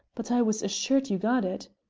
but i was assured you got it.